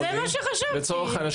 לצורך העניין,